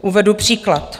Uvedu příklad.